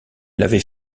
l’avait